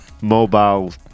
mobile